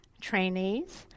trainees